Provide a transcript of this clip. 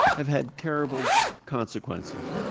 have had terrible consequences.